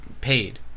paid